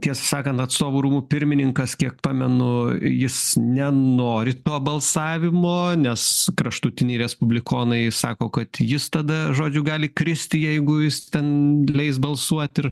tiesa sakant atstovų rūmų pirmininkas kiek pamenu jis nenori to balsavimo nes kraštutiniai respublikonai sako kad jis tada žodžiu gali kristi jeigu jis ten leis balsuot ir